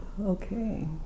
Okay